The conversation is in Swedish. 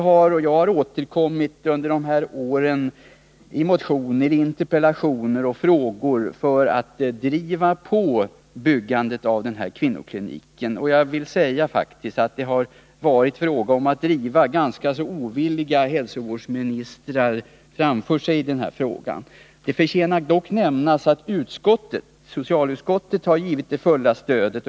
Jag och andra har återkommit under senare år i motioner, interpellationer och frågor för att driva på byggandet av kvinnokliniken. Det har faktiskt varit fråga om att driva ganska så ovilliga hälsovårdsministrar framför sig i den här frågan. Det förtjänar dock att nämnas att socialutskottet har givit sitt fulla stöd.